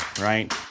right